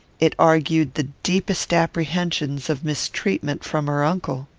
it argued the deepest apprehensions of mistreatment from her uncle.